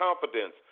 confidence